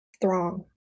throng